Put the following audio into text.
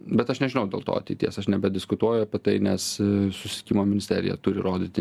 bet aš nežinau dėl to ateities aš nebediskutuoju apie tai nes susisiekimo ministerija turi rodyti